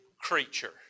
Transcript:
creature